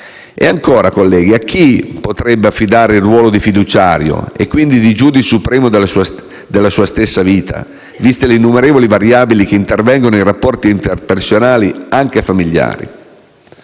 E ancora, colleghi, a chi potrebbe affidare il ruolo di fiduciario - e quindi, di giudice supremo della sua stessa vita - viste le innumerevoli variabili che intervengono nei rapporti interpersonali, anche familiari?